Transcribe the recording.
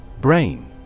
Brain